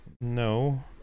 no